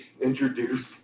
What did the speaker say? introduce